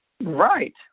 right